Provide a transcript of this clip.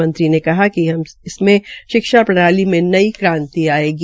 मंत्री ने कहा कि इससे शिक्षा प्रणाली में नई क्रांति आयेगी